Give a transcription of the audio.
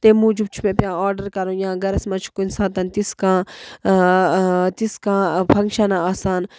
تَمہِ موٗجوٗب چھُ مےٚ پٮ۪وان آرڈَر کَرُن یا گَرَس منٛز چھِ کُنۍ ساتَن تِژھ کانٛہہ تِژھ کانٛہہ فَنٛگشنَہ آسان